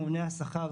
בממונה על השכר,